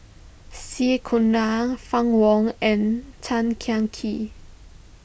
C Fann Wong and Tan Kah Kee